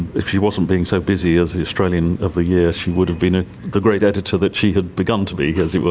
if she wasn't being so busy as the australian of the year she would have been ah the great editor that she had begun to be, as it were,